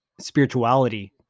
spirituality